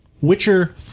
Witcher